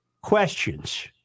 questions